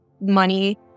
money